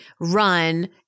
run